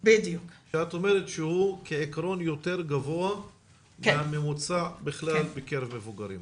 כשאת אומרת שהוא בעקרון יותר גבוה מהממוצע בקרב מבוגרים.